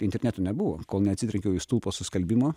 interneto nebuvo kol neatsitrenkiau į stulpą su skalbimu